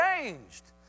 changed